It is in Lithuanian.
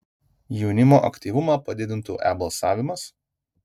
jaunimo aktyvumą padidintų e balsavimas